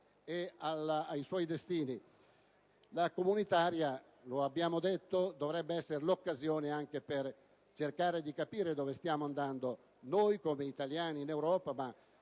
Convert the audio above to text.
La cosiddetta legge comunitaria, lo abbiamo detto, dovrebbe essere l'occasione anche per cercare di capire dove stiamo andando noi, come italiani, in Europa, ma